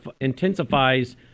intensifies